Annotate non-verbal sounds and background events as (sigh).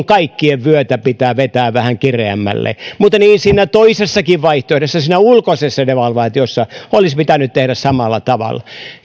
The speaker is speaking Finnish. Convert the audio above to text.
(unintelligible) kaikkien vyötä pitää vetää vähän kireämmälle mutta niin siinä toisessakin vaihtoehdossa ulkoisessa devalvaatiossa olisi pitänyt tehdä samalla tavalla